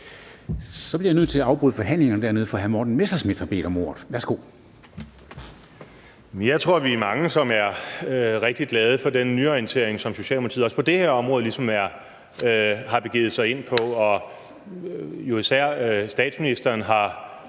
Jeg tror, vi er mange, som er rigtig glade for den nyorientering, som Socialdemokratiet også på det her område ligesom har begivet sig ind på,